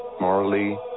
morally